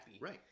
Right